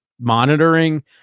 monitoring